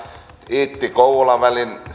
iitti kouvola välin